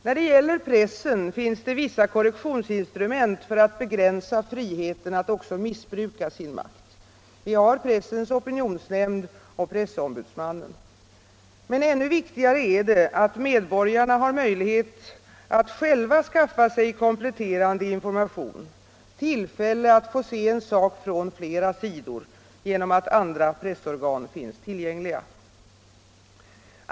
Då det gäller pressen finns det vissa korrektionsinstrument för att begränsa friheten att också missbruka sin makt: vi har pressens opinionsnämnd och pressombudsmannen. Men ännu viktigare är det att medborgarna har möjligheter att själva skaffa sig kompletterande information, tillfälle att få se en sak från flera sidor, genom att andra pressorgan finns tillgängliga.